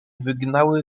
wygnały